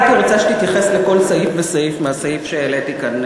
הייתי רוצה שתתייחס לכל סעיף וסעיף מהסעיפים שהעליתי כאן,